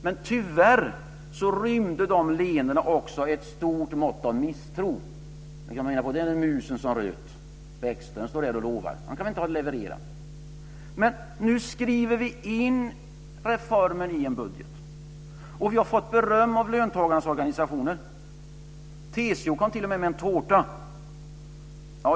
Men tyvärr rymde de leendena också ett stort mått av misstro. Man menade att det var en mus som röt när Bäckström stod där och lovade. Han kan väl inte leverera! Men nu skriver vi in reformen i en budget, och vi har fått beröm av löntagarnas organisationer. TCO kom t.o.m. med en tårta.